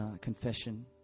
confession